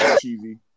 cheesy